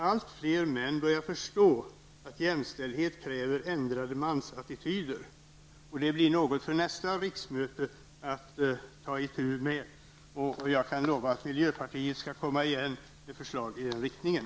Allt fler män börjar förstå att jämställdhet kräver ändrade mansattityder, och det blir något för nästa riksmöte att ta itu med. Jag kan lova att miljöpartiet skall återkomma med förslag i den riktningen.